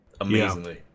Amazingly